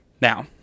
Now